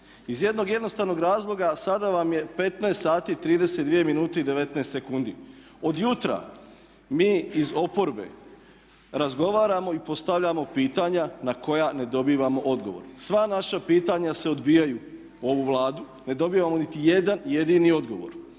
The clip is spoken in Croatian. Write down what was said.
Iz jednog jednostavnog razloga sada vam je 15,32 sati od jutra mi iz oporbe razgovaramo i postavljamo pitanja na koja ne dobivamo odgovore. Sva naša pitanja se odbijaju o ovu Vladu, ne dobivamo nitijedan jedini odgovor